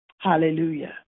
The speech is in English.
Hallelujah